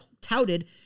touted